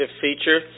feature